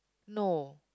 no